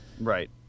Right